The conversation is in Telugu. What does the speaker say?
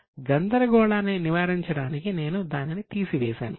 కావున గందరగోళాన్ని నివారించడానికి నేను దానిని తీసివేసాను